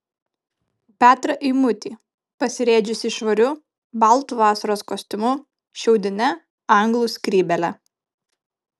petrą eimutį pasirėdžiusį švariu baltu vasaros kostiumu šiaudine anglų skrybėle